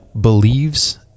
believes